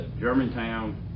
Germantown